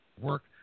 work